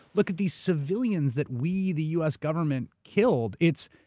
look at these civilians that we the u. s. government killed. it's,